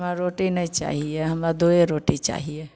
हमरा रोटी नहि चाहिए हमरा दोए रोटी चाहिए